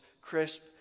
crisp